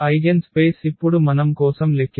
eigen space ఇప్పుడు మనం కోసం లెక్కిస్తాము λ 2